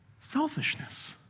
selfishness